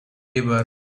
river